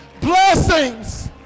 Blessings